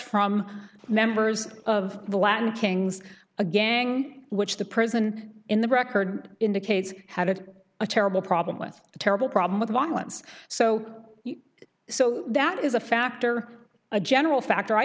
from members of the latin kings a gang which the prison in the record indicates had it's a terrible problem with a terrible problem with violence so so that is a factor a general factor i